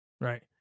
Right